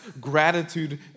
gratitude